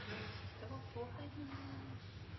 det var